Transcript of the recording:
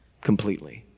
completely